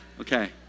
Okay